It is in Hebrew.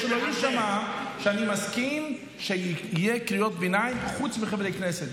שלא ישתמע שאני מסכים שיהיו קריאות ביניים חוץ מחברי כנסת.